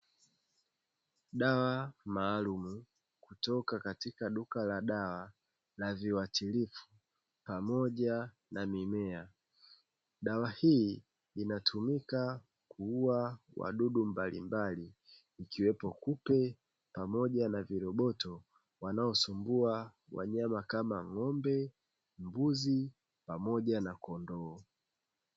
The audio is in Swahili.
Dawa maalumu kutoka katika duka la dawa la viwatilifu pamoja na mimea. Dawa hii inatumika kuuwa wadudu mbalimbali ikiwepo kupe pamoja na viroboto wanaosumbua wanyama kama ng'ombe, mbuzi pamoja na kondoo.